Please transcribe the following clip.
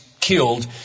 killed